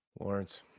Lawrence